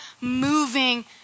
moving